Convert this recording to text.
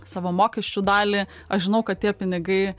savo mokesčių dalį aš žinau kad tie pinigai